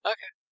Okay